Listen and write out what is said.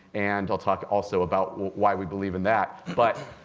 and i'll talk also about why we believe in that. but